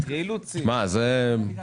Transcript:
התקדמנו.